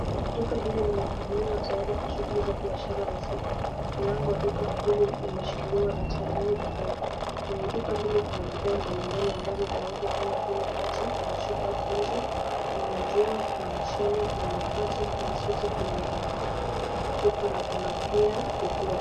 Duka hili limefunguliwa tayari kwa shughuli za biashara za siku. Mlango wa duka hili limeshikiliwa na tairi la gari. Kwenye duka hili kuna bidhaa mbalimbali ambazo zinauzwa kama vile maji kwenye chupa hapo nje, kuna maziwa, kuna mchele, kuna mikate , kuna switi kwenye chupa na kuna pia vyakula.